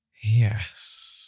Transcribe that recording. yes